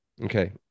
Okay